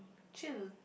chill